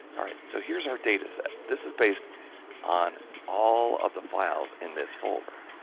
alright, so here's our data set this is based on all of the files in this folder.